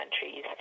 countries